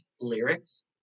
lyrics